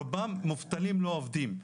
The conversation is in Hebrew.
רובם מובטלים ולא עובדים.